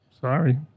sorry